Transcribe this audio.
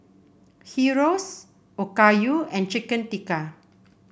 Gyros Okayu and Chicken Tikka